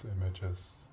images